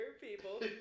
people